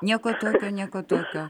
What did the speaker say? nieko tokio nieko tokio